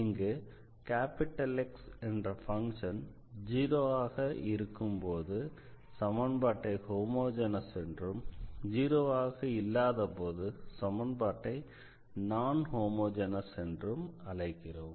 இங்கு X என்ற function 0 ஆக இருக்கும்போது சமன்பாட்டை ஹோமோஜெனஸ் என்றும் 0 ஆக இல்லாதபோது சமன்பாட்டை நான் ஹோமோஜெனஸ் என்றும் அழைக்கிறோம்